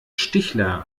stichler